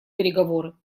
переговоры